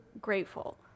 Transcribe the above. grateful